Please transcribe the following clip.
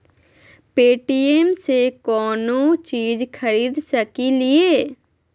Paytm से कौनो चीज खरीद सकी लिय?